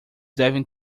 devem